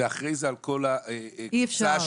ואחרי זה על כל ההצעה השנייה --- אי אפשר.